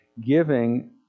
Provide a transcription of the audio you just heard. giving